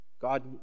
God